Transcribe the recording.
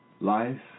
life